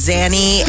Zanny